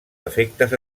efectes